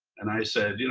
and i said, you know